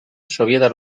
sobietar